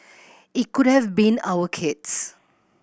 it could have been our kids